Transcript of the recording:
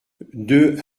deux